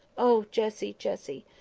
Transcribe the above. oh, jessie! jessie!